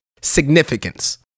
significance